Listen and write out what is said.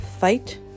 fight